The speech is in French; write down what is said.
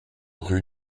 rue